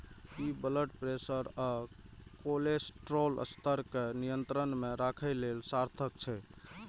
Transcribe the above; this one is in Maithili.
ई ब्लड प्रेशर आ कोलेस्ट्रॉल स्तर कें नियंत्रण मे राखै लेल सार्थक छै